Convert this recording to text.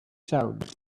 sound